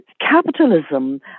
capitalism